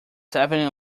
seven